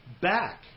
back